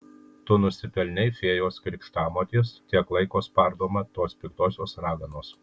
tu nusipelnei fėjos krikštamotės tiek laiko spardoma tos piktosios raganos